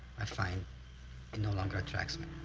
i find it no longer attracts me.